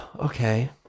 Okay